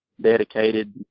dedicated